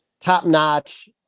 top-notch